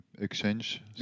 exchange